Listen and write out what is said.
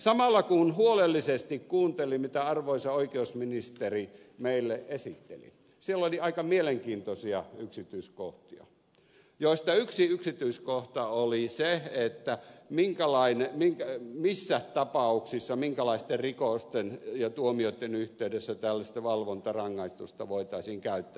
samalla kun huolellisesti kuuntelin mitä arvoisa oikeusministeri meille esitteli siellä oli aika mielenkiintoisia yksityiskohtia joista yksi yksityiskohta oli se missä tapauksissa minkälaisten rikosten ja tuomioitten yhteydessä tällaista valvontarangaistusta voitaisiin käyttää